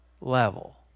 level